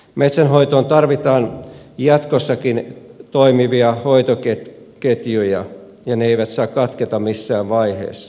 metsänhoitoon tarvitaan jatkossakin toimivia hoitoketjuja ja ne eivät saa katketa missään vaiheessa